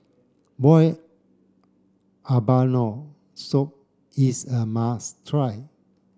boiled abalone soup is a must try